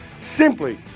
simply